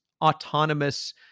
autonomous